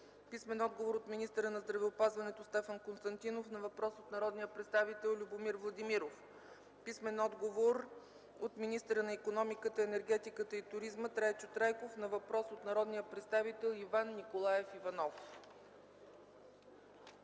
Яне Янев; - от министъра на здравеопазването Стефан Константинов на въпрос от народния представител Любомир Владимиров; - от министъра на икономиката, енергетиката и туризма Трайчо Трайков на въпрос от народния представител Иван Николаев Иванов.